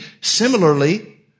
Similarly